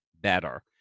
better